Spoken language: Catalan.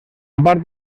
part